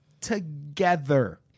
together